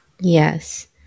Yes